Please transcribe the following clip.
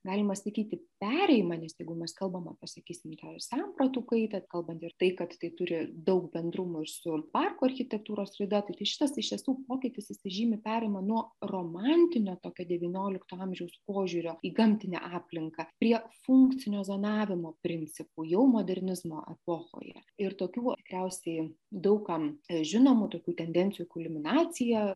galima sakyti perėjimą nes jeigu mes kalbam apie sakysim tą sampratų kaitą kalbant ir tai kad tai turi daug bendrumų ir su parko architektūros raida taigi šitas iš tiesų pokytis jisai žymi perėjimą nuo romantinio tokio devyniolikto amžiaus požiūrio į gamtinę aplinką prie funkcinio zonavimo principų jau modernizmo epochoje ir tokių tikriausiai daug kam žinomų tokių tendencijų kulminacija